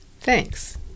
Thanks